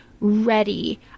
ready